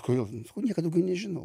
kodėl nieko daugiau nežinau